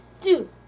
Dude